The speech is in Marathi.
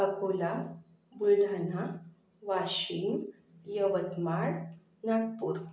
अकोला बुलढाणा वाशिम यवतमाळ नागपूर